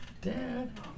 Dad